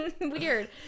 weird